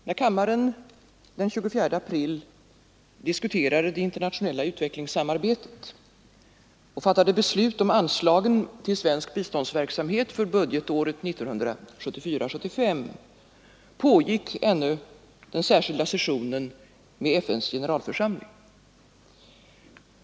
Fru talman! När kammaren den 24 april diskuterade det internationella utvecklingssamarbetet och fattade beslut om anslagen till svensk biståndsverksamhet för budgetåret 1974/75, pågick ännu den särskilda sessionen med FN:s generalförsamling.